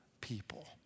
people